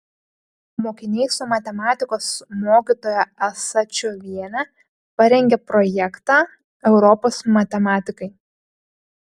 mokiniai su matematikos mokytoja asačioviene parengė projektą europos matematikai